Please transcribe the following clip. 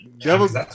Devil's